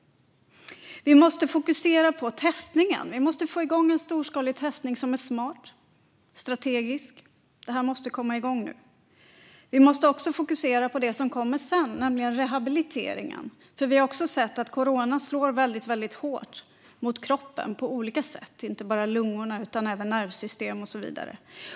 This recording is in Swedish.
Vi måste fokusera på testningen; vi måste få igång en storskalig testning som är smart och strategisk. Det måste komma igång nu. Vi måste även fokusera på det som kommer sedan, det vill säga rehabiliteringen. Vi har nämligen också sett att corona slår väldigt hårt mot kroppen på olika sätt, inte bara mot lungorna utan även mot nervsystemet och så vidare.